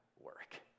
work